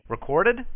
Recorded